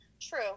True